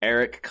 Eric